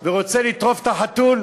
ורוצה לטרוף את החתול.